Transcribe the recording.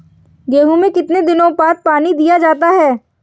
गेहूँ में कितने दिनों बाद पानी दिया जाता है?